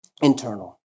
internal